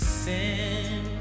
sin